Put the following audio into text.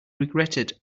regretted